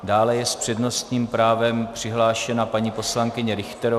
Dále je s přednostním právem přihlášena paní poslankyně Richterová.